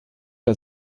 der